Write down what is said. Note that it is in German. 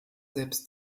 selbst